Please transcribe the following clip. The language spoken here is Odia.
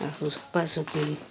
ଆଉ ସପାସୁଫି